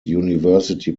university